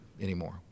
anymore